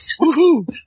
Woohoo